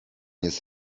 jest